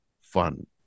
fun